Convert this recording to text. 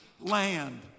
land